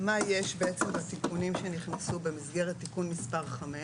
מה יש בעצם בתיקונים שנכנסו במסגרת תיקון מס' 5,